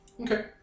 Okay